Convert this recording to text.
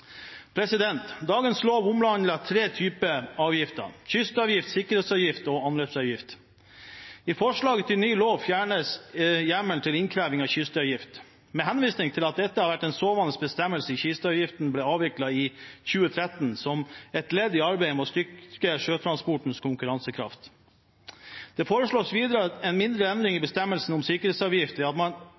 Dagens lov omhandler tre typer avgifter: kystavgift, sikkerhetsavgift og anløpsavgift. I forslaget til ny lov fjernes hjemmelen til å innkreve kystavgift, med henvisning til at dette har vært en sovende bestemmelse etter at kystavgiften ble avviklet i 2013 som et ledd i arbeidet med å styrke sjøtransportens konkurransekraft. Det foreslås videre en mindre endring i bestemmelsen om sikkerhetsavgift ved at